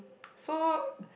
so